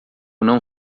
não